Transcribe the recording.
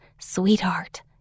Sweetheart